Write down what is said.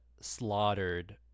slaughtered